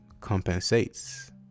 compensates